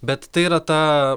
bet tai yra ta